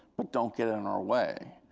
but don't get in our way.